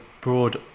broad